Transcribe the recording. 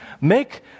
Make